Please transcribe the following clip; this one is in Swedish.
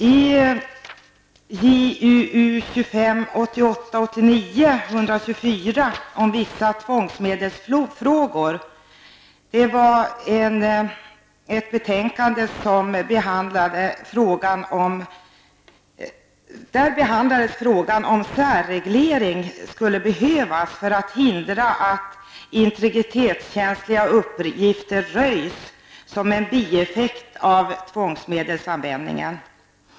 I justitieutskottets betänkande JU25 med anledning av proposition 1988/89:124 om vissa tvångsmedelsfrågor behandlades frågan huruvida särreglering behövdes för att hindra att integritetskänsliga uppgifter röjs som en bieffekt av tvångsmedelsanvändningen.